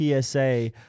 PSA